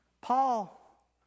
Paul